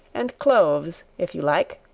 and cloves, if you like